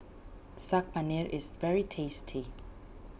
Saag Paneer is very tasty